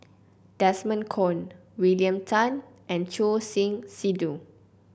Desmond Kon William Tan and Choor Singh Sidhu